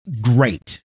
great